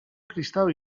kristau